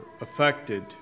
affected